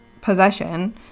possession